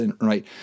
right